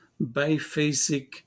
biphasic